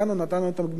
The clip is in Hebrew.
נתנו יותר גמישות,